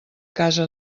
casa